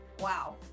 Wow